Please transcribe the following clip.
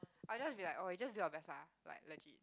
I just be like oh you just do your best ah like legit